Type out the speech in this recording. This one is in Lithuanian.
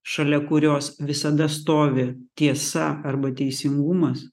šalia kurios visada stovi tiesa arba teisingumas